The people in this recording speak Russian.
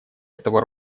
этого